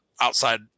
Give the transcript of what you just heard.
outside